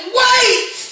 wait